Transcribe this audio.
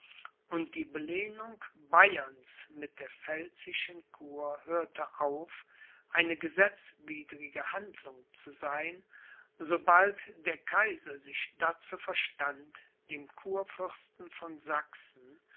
und die belehnung bayerns mit der pfälzischen kur hörte auf eine gesetzwidrige handlung zu sein sobald der kaiser sich dazu verstand dem kurfürsten von sachsen